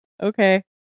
Okay